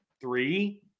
three